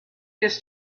this